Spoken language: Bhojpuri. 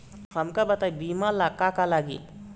हमका बताई बीमा ला का का लागी?